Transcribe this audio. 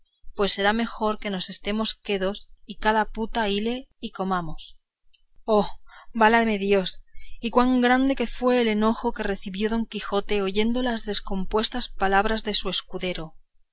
pues será mejor que nos estemos quedos y cada puta hile y comamos oh válame dios y cuán grande que fue el enojo que recibió don quijote oyendo las descompuestas palabras de su escudero